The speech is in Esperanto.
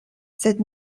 sed